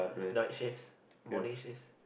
night shifts morning shifts